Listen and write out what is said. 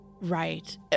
Right